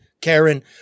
Karen